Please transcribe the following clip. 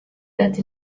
that